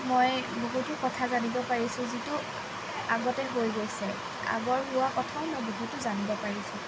মই বহুতো কথা জানিব পাৰিছোঁ যিটো আগতে হৈ গৈছে আগত হোৱা কথা মই বহুতো জানিব পাৰিছোঁ